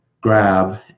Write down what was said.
grab